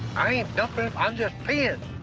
i ain't dumping, i'm just peeing.